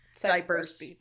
diapers